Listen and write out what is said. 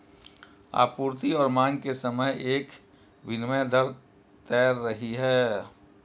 आपूर्ति और मांग के समय एक विनिमय दर तैर रही है